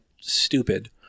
stupid